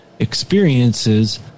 Experiences